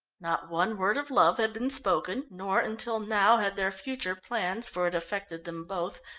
not one word of love had been spoken, nor, until now, had their future plans, for it affected them both,